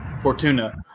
Fortuna